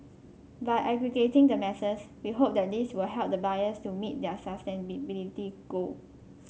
by aggregating the masses we hope that this will help the buyers to meet their goal